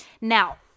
Now